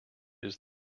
his